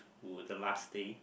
to the last day